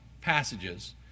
passages